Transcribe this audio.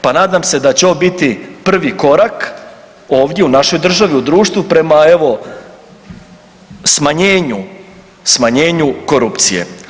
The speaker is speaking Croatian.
Pa nadam se da će ovo biti prvi korak ovdje u našoj državi, u društvu prema evo smanjenju, smanjenju korupcije.